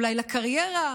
אולי לקריירה.